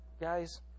Guys